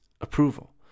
approval